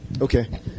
Okay